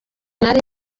nari